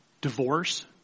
divorce